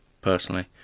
personally